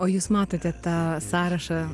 o jūs matote tą sąrašą